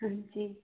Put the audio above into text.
ਹਾਂਜੀ